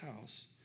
house